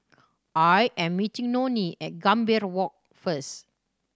I am meeting Nonie at Gambir Walk first